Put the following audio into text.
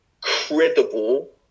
credible